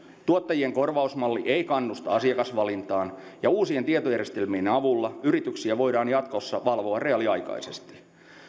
tuottajien korvausmalli ei kannusta asiakasvalintaan ja uusien tietojärjestelmien avulla yrityksiä voidaan jatkossa valvoa reaaliaikaisesti